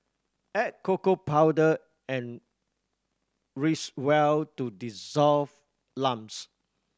add cocoa powder and whisk well to dissolve lumps